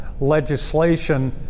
legislation